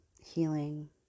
healing